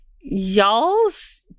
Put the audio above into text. y'all's